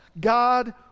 God